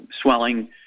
swelling